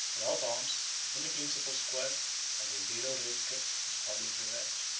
without arms, in the principal square and the imperial rescript was publicly read.